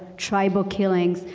tribal killings.